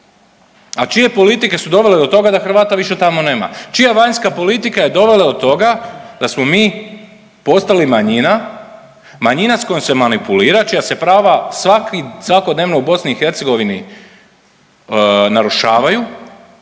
A čije politike su dovele do toga da Hrvata više tamo nema? Čija vanjska politika je dovela do toga da smo mi postali manjina, manjina s kojom se manipulira čija se prava svakodnevno u Bosni